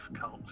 cult